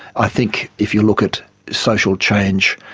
i think if you look at social change,